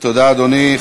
תודה, אדוני.